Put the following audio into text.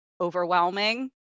overwhelming